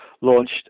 launched